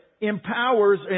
empowers